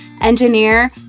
engineer